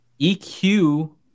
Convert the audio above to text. EQ